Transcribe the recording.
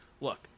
look